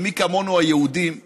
ומי כמונו היהודים יודעים,